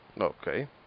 Okay